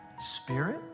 Spirit